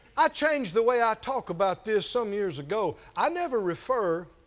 i changed the way i talk about this some years ago. i never refer